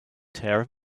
tear